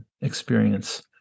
experience